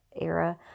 era